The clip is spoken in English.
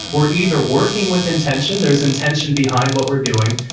we're either working with intention. there's intention behind what we're doing.